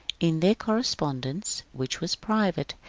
in their cor respondence, which was private,